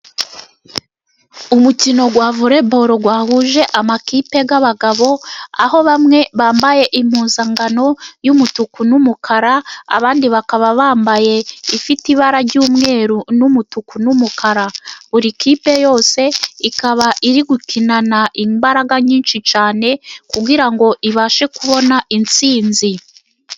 Umukino wa voreboro wahuje amakipe y'abagabo, aho bamwe bambaye impuzankano y'umutuku n'umukara, abandi bakaba bambaye ifite ibara ry'umweru n'umutuku n'umukara. Buri kipe yose ikaba iri gukinana imbaraga nyinshi cyane, kugira ngo ibashe kubona intsinzi.